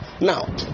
Now